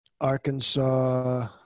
Arkansas